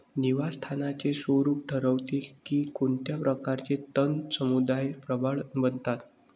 निवास स्थानाचे स्वरूप ठरवते की कोणत्या प्रकारचे तण समुदाय प्रबळ बनतात